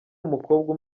umukobwa